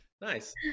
Nice